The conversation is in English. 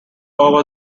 over